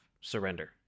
surrender